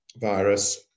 virus